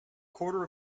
quarter